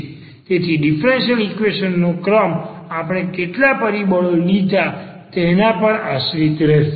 તેથી differential equation નો ક્રમ આપણે કેટલા પરિબળો લીધા તેના પર આશ્રિત રહેશે